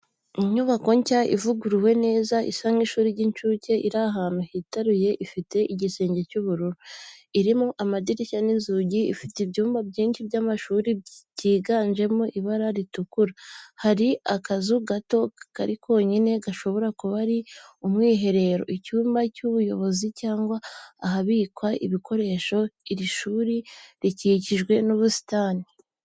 Inyubako nshya ivuguruwe neza, isa n’ishuri ry'incuke iri ahantu hitaruye Ifite igisenge cy'ubururu, irimo amadirishya n'inzugi ifite ibyumba byinshi by'amashuri byiganjemo ibara ritukura, hari akazu gato kari konyine gashobora kuba ari ubwiherero, icyumba cy’ubuyobozi, cyangwa ahabikwa ibikoresho. Iri shuri rikikijwe n'ubusitani.